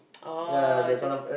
oh just